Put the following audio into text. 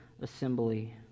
assembly